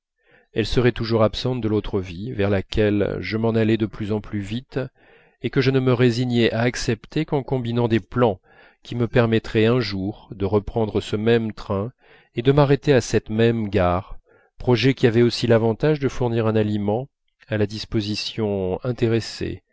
elle serait toujours absente de l'autre vie vers laquelle je m'en allais de plus en plus vite et que je ne me résignais à accepter qu'en combinant des plans qui me permettraient un jour de reprendre ce même train et de m'arrêter à cette même gare projet qui avait aussi l'avantage de fournir un aliment à la disposition intéressée